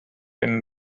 been